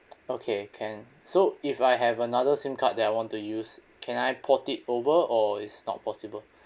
okay can so if I have another sim card that I want to use can I port it over or is not possible